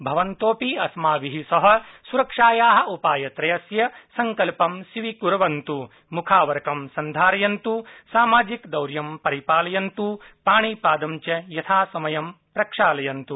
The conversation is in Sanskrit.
भवन्तोऽपि अस्माभि सह सुरक्षाया उपायत्रयस्य सङ्कल्पं स्वीकुर्वन्तु मुखावरक सन्धारयन्त सामाजिकद्रतां परिपालयन्तु पाणिपाद च यथासमय प्रक्षालयन्त्